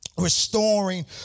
restoring